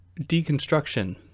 deconstruction